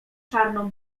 czarną